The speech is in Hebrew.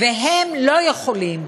והם לא יכולים,